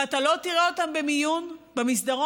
ואתה לא תראה אותם במיון במסדרון.